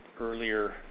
earlier